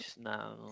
now